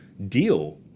deal